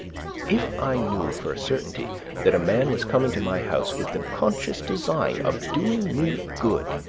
if i knew for a certainty that a man was coming to my house with the conscious design of doing me good,